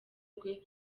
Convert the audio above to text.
rwe